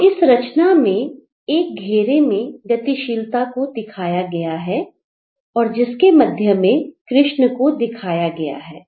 तो इस रचना में एक घेरे में गतिशीलता को दिखाया गया है और जिसके मध्य में कृष्ण को दिखाया गया है